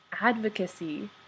advocacy